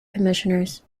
commissioners